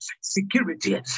security